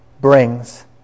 brings